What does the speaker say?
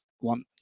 one